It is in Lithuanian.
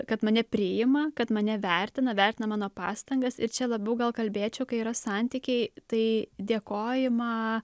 kad mane priima kad mane vertina vertina mano pastangas ir čia labiau gal kalbėčiau kai yra santykiai tai dėkojimą